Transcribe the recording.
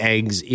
Eggs